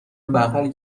بغل